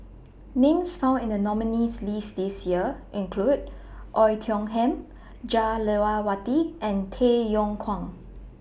Names found in The nominees' list This Year include Oei Tiong Ham Jah Lelawati and Tay Yong Kwang